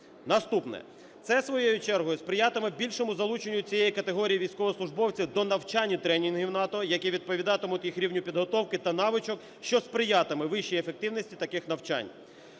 Наступне. Це, своєю чергою, сприятиме більшому залученню цієї категорії військовослужбовців до навчань і тренінгів НАТО, які відповідатимуть їх рівню підготовки та навичок, що сприятиме вищій ефективності таких навчань.